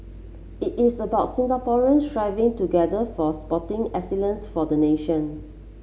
it is about Singaporean striving together for sporting excellence for the nation